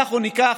אנחנו ניקח,